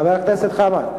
חבר הכנסת חמד,